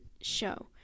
show